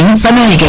and summer,